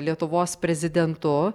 lietuvos prezidentu